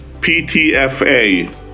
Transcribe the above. PTFA